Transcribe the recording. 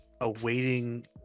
awaiting